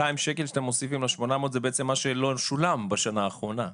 שאתם מוסיפים ל-800 זה בעצם מה שלא שולם בשנה האחרונה,